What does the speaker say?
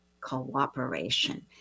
cooperation